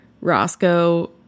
Roscoe